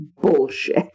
Bullshit